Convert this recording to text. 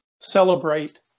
celebrate